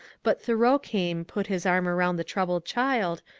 but thoreau came, put his arm around the troubled child,